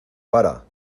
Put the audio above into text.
para